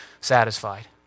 satisfied